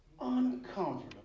uncomfortable